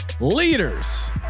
leaders